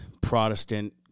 Protestant